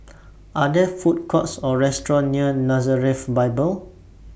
Are There Food Courts Or restaurants near Nazareth Bible